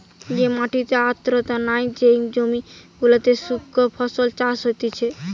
যে মাটিতে আর্দ্রতা নাই, যেই জমি গুলোতে শুস্ক ফসল চাষ হতিছে